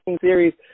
series